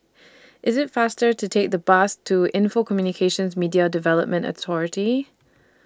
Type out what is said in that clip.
IT IS faster to Take The Bus to Info Communications Media Development Authority